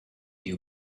you